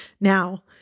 Now